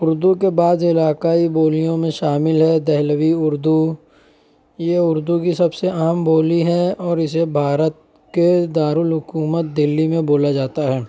اردو کے بعض علاقائی بولیوں میں شامل ہے دہلوی اردو یہ اردو کی سب سے عام بولی ہے اور اسے بھارت کے دارالحکومت دلی میں بولا جاتا ہے